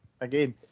again